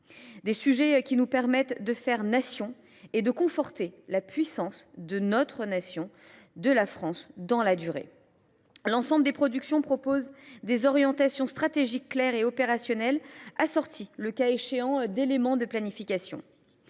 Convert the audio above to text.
des sujets qui nous permettent de faire Nation et de conforter la puissance de la France dans la durée. L’ensemble des rapports produits proposent des orientations stratégiques claires et opérationnelles assorties, le cas échéant, d’éléments de planification.